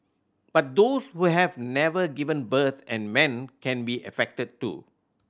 but those who have never given birth and men can be affected too